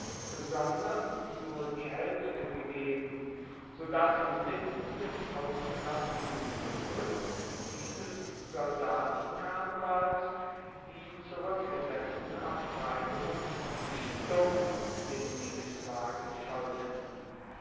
sondern nur die haelfte gegeben so dass inmitten des ausgelassenen jubels dieses soldatenkarnevals die zurueckgesetzten abteilungen stumm dem siegeswagen folgten